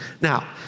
Now